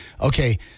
okay